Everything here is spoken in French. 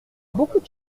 beaucoup